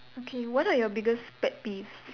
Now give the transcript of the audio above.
okay what are your biggest pet peeves